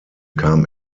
kam